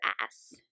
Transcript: ass